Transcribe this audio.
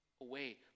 away